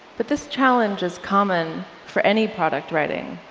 but this challenge is common for any product writing.